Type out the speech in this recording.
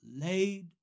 Laid